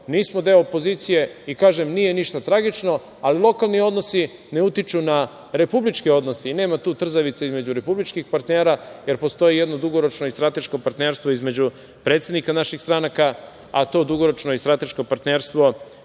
Nismo deo opozicije i, kažem, nije ništa tragično. Ali, lokalni odnosi ne utiču na republičke odnose i nema tu trzavica između republičkih partnera, jer postoji jedno dugoročno i strateško partnerstvo između predsednika naših stranaka, a to dugoročno i strateško partnerstvo